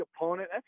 opponent